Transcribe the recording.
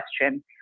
question